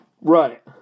Right